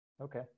Okay